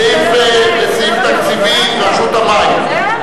סעיף תקציבי רשות המים.